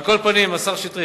על כל פנים, השר שטרית,